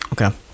Okay